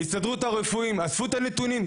ההסתדרות הרפואית אספו את הנתונים?